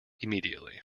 immediately